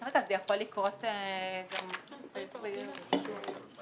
יכול להיות מצב שבו בית העסק גם בחו"ל,